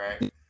Right